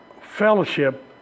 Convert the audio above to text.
fellowship